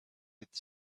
with